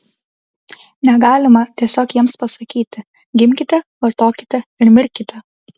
negalima tiesiog jiems pasakyti gimkite vartokite ir mirkite